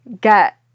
get